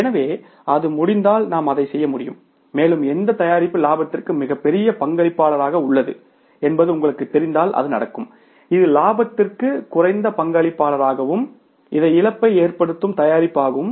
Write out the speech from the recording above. எனவே அது முடிந்தால் நாம் அதைச் செய்ய முடியும் மேலும் எந்த தயாரிப்பு லாபத்திற்கு மிகப் பெரிய பங்களிப்பாளராக உள்ளது என்பது உங்களுக்குத் தெரிந்தால் அது நடக்கும் இது லாபத்திற்கு குறைந்த பங்களிப்பாளராகும் இது இழப்பை ஏற்படுத்தும் தயாரிப்பு ஆகும்